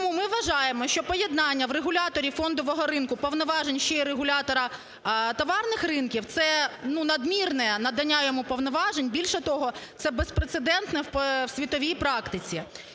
Тому ми вважаємо, що поєднання в регуляторі фондового ринку повноважень ще й регулятора товарних ринків це, ну, надмірне надання йому повноважень. Більше того, це безпрецедентне в світовій практиці.